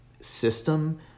system